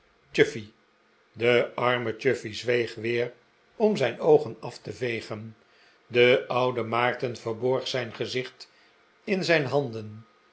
de arme chuffey zweeg weer om zijn oogen af te vegen de oude maarten verborg zijn gezicht in zijn handen